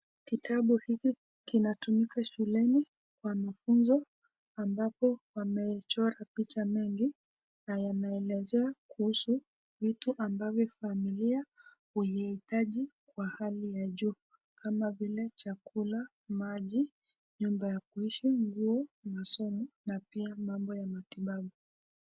Kitabu hiki kinatumika shuleni, wanafunzwa ambapo wamechora picha mengi na yanaelezea kuhusu vitu ambavyo familia wanahitaji kwa hali ya juu kama vile chakula, maji, nyumba ya kuishi, nguo ,masomo na pia mambo ya matibabu.